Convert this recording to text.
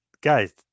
guys